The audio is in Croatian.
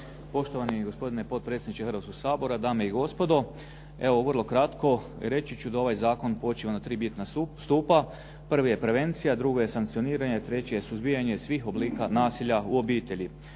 Poštovani gospodine potpredsjedniče Hrvatskoga sabora, dame i gospodo. Evo vrlo kratko. Reći ću da ovaj zakon počiva na tri bitna stupa. Prvi je prevencija, drugi je sankcioniranje, treći je suzbijanje svih oblika nasilja u obitelji.